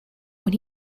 when